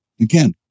Again